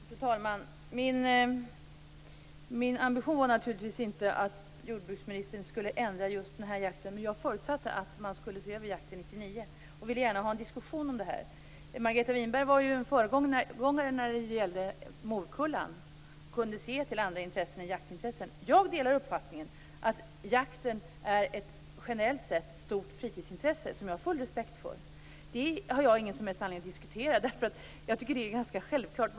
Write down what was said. Fru talman! Min ambition var naturligtvis inte att jordbruksministern skulle ändra just den här jakten. Jag förutsatte dock att man skulle se över jakten 1999 och ville gärna ha en diskussion om det här. Margareta Winberg var ju en föregångare när det gällde morkullan och kunde se till andra intressen än jaktintressena. Jag delar uppfattningen att jakten generellt sett är ett stort fritidsintresse, och det har jag full respekt för. Det har jag ingen anledning att diskutera, för det tycker jag är ganska självklart.